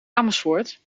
amersfoort